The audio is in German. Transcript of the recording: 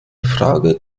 frage